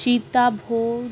সীতা ভোগ